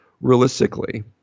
realistically